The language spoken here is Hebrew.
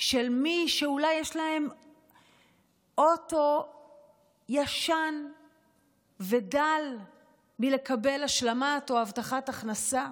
של מי שאולי יש להם אוטו ישן ודל לקבל השלמה או הבטחת הכנסה,